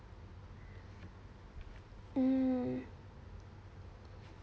mm